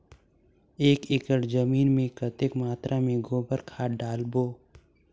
एक एकड़ जमीन मे कतेक मात्रा मे गोबर खाद डालबो?